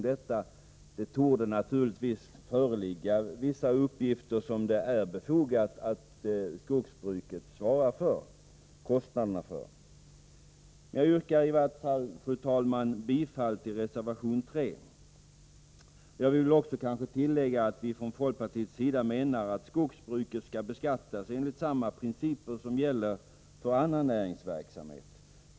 Det torde naturligtvis föreligga vissa uppgifter som det är befogat att skogsbruket svarar för ekonomiskt. Jag yrkar i vart fall, fru talman, bifall till reservation 3. Jag vill också tillägga att vi från folkpartiets sida menar att skogsbruket skall beskattas enligt samma principer som gäller för annan näringsverksamhet.